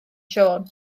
siôn